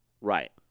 Right